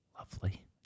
Lovely